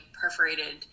perforated